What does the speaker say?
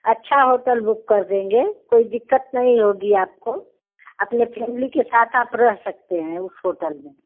अच्छा hotel book कर देंगे कोई दिक्कत नहीं होगी आपको अपने फैमिली के साथ आप रह सकते हैं उस होटल में